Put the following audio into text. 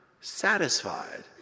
satisfied